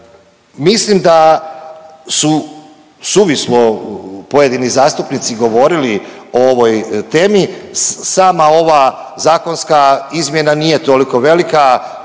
Mislim da su suvislo pojedini zastupnici govorili o ovoj temi. Sama ova zakonska izmjena nije toliko velika.